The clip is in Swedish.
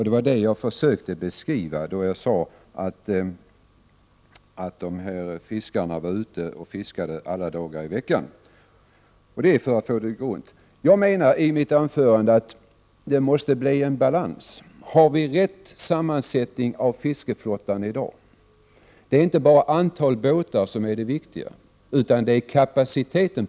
Det var detta jag försökte beskriva när jag sade att fiskarna var ute och fiskade alla dagar i veckan. Det är alltså 79 för att få det att gå runt. I mitt anförande sade jag att det måste bli en balans. Har vi rätt sammansättning av fiskeflottan i dag? Det är inte bara antalet båtar som är det viktiga, utan det är kapaciteten.